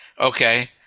Okay